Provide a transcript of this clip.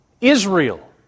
Israel